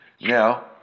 Now